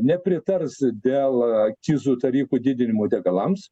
nepritars dėl akcizų tarifų didinimo degalams